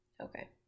okay